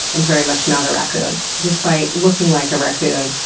and very much not a raccoon. just by looking like a raccoon,